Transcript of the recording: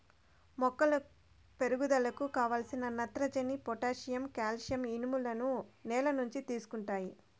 మొక్కల పెరుగుదలకు కావలసిన నత్రజని, పొటాషియం, కాల్షియం, ఇనుములను నేల నుంచి తీసుకుంటాయి